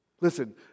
listen